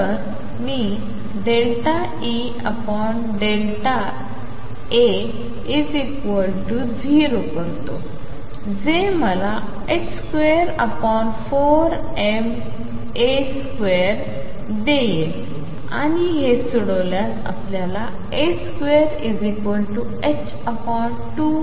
तर मी dEda0 करतो जे मला 24ma3 देईल आपण हे सोडवल्यास आपल्याला a22mω